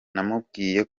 namubwiye